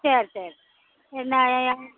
சரி சரி என்ன